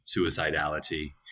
suicidality